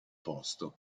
posto